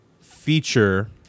feature